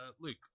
Luke